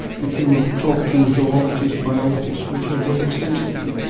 if you talk to zoologists, biologists, which i did extensively,